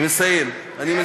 אני מסיים.